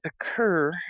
occur